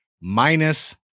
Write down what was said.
minus